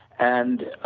and,